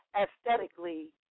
aesthetically